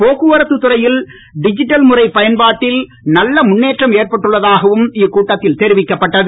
போக்குவரத்துத் துறையில் டிஜிட்டல் முறை பயன்பாட்டில் நல்ல முன்னேற்றம் ஏற்பட்டுள்ளதாகவும் இக்கூட்டத்தில் தெரிவிக்கப்பட்டது